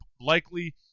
likely